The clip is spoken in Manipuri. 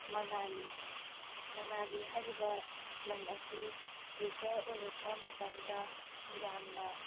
ꯃꯅꯥꯂꯤ ꯃꯅꯥꯂꯤ ꯍꯥꯏꯔꯤꯕ ꯂꯝ ꯑꯁꯤ ꯋꯤꯟꯇꯔ ꯑꯣꯏꯔꯛꯄ ꯃꯇꯝꯗ ꯌꯥꯝꯅ